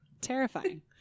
Terrifying